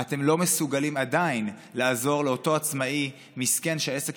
אם אתם עדיין לא מסוגלים לעזור לאותו עצמאי מסכן שהעסק